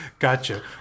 Gotcha